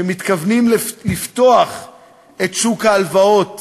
שמתכוונים לפתוח את שוק ההלוואות